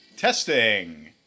Testing